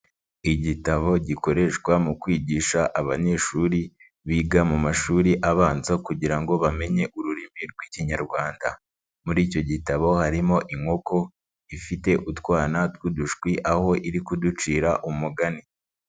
Igitabo gikoreshwa mu kwigisha abanyeshuri biga mu mashuri abanza kugira ngo bamenye ururimi rw'Ikinyarwanda. Muri icyo gitabo harimo inkoko ifite utwana tw'udushwi aho iri kuducira umugani.